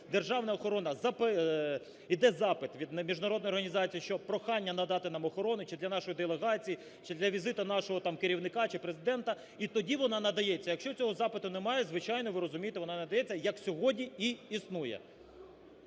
державна охорона… йде запит від міжнародної організації, що прохання надати нам охорону чи для нашої делегації, чи для візиту нашого там керівника чи Президента, і тоді вона надається. Якщо цього запиту немає, звичайно, ви розумієте, вона надається, як сьогодні і існує.